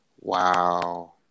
Wow